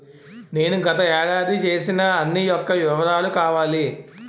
నేను గత ఏడాది చేసిన అన్ని యెక్క వివరాలు కావాలి?